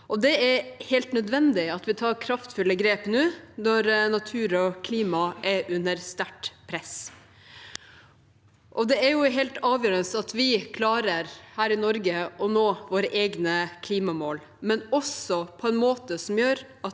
Det er helt nødvendig at vi tar kraftfulle grep nå når naturen og klimaet er under sterkt press. Det er helt avgjørende at vi her i Norge klarer å nå våre egne klimamål, og det på en måte som gjør